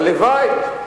הלוואי.